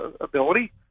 ability